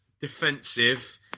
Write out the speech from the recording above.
defensive